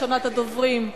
ראשונת הדוברים,